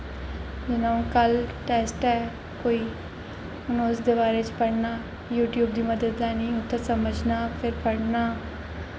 जि'यां कल टैस्ट ऐ कोई उसदे बारे च पढ़ना कोई यूटयूब दी मदद लैनी उत्थै समझना फिर पढ़ना